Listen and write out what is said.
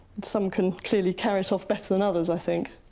some can clearly carry it off better than others, i think.